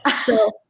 So-